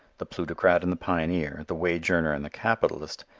the plutocrat and the pioneer, the wage earner and the capitalist,